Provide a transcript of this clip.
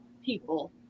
people